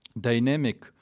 dynamic